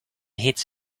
hits